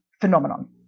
phenomenon